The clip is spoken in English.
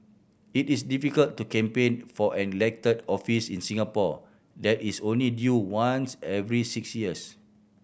it is difficult to campaign for an elected office in Singapore that is only due once every six years